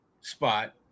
spot